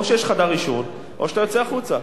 או שיש חדר עישון, או שאתה יוצא החוצה.